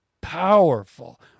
powerful